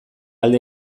alde